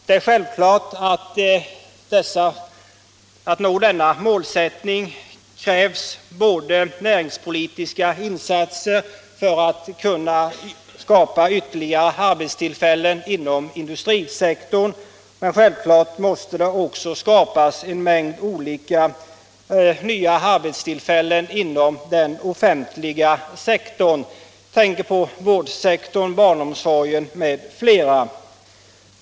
Det är klart att man för att nå denna målsättning behöver näringspolitiska insatser som kan skapa ytterligare arbetstillfällen inom industrisektorn. Men självklart måste det också skapas en mängd arbetstillfällen inom den offentliga sektorn. Jag tänker då på vårdsektorn, barnomsorgen m.m.